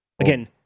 Again